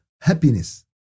happiness